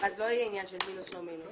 ואז לא יהיה עניין של מינוס או לא מינוס.